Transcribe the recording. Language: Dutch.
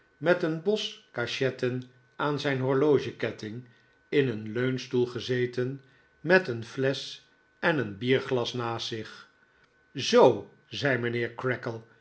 met een bos cachetten aan zijn horlogeketting in een leunstoel gezeten met kennismaking met mijnheer creakle een flesch en een bierglas naast zich zoo zei